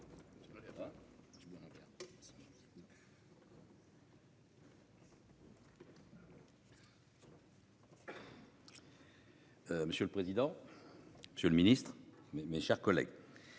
Monsieur le président. Monsieur le Ministre, mais mes chers collègues.